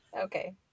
Okay